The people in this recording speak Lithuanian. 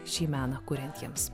šį meną kuriantiems